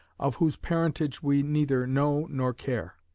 of whose parentage we neither know nor care.